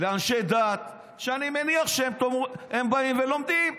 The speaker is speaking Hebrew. לאנשי דת, אני מניח שהם באים ולומדים.